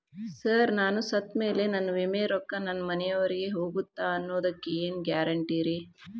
Sir ನಾನು ಸತ್ತಮೇಲೆ ನನ್ನ ವಿಮೆ ರೊಕ್ಕಾ ನನ್ನ ಮನೆಯವರಿಗಿ ಹೋಗುತ್ತಾ ಅನ್ನೊದಕ್ಕೆ ಏನ್ ಗ್ಯಾರಂಟಿ ರೇ?